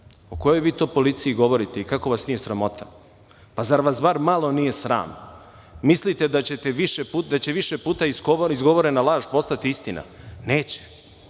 O kojoj vi to policiji govorite i kako vas nije sramota? Zar vas bar malo nije sram? Mislite da će više puta izgovorena laž postati istina? Neće.